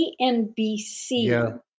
CNBC